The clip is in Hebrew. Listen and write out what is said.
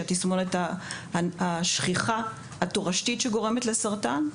שהיא התסמונת התורשתית שגורמת לסרטן.